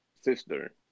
sister